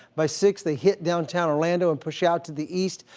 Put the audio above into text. by six, they hit downtown orlando and push out to the east,